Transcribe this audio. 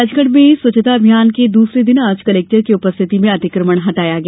राजगढ़ में स्वच्छता अभियान के दूसरे दिन आज कलेक्टर की उपस्थिति में अतिक्रमण हटाया गया